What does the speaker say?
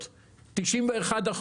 - 91%.